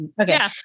Okay